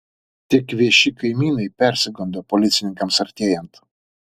tie kvėši kaimynai persigando policininkams artėjant